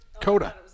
Coda